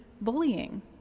bullying